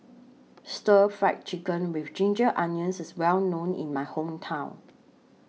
Stir Fry Chicken with Ginger Onions IS Well known in My Hometown